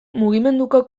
mugimenduko